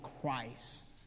Christ